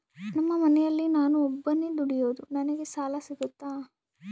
ನಮ್ಮ ಮನೆಯಲ್ಲಿ ನಾನು ಒಬ್ಬನೇ ದುಡಿಯೋದು ನನಗೆ ಸಾಲ ಸಿಗುತ್ತಾ?